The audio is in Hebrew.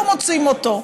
לא מוצאים אותו,